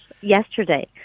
Yesterday